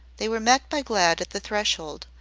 they were met by glad at the threshold.